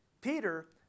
Peter